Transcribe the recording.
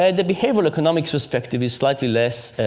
and the behavioral economics perspective is slightly less